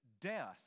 death